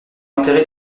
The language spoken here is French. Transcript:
enterré